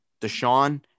Deshaun